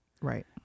Right